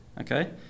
Okay